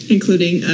Including